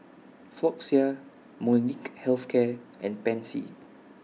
Floxia Molnylcke Health Care and Pansy